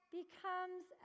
becomes